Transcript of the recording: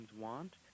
want